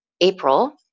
April